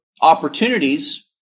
opportunities